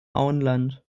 auenland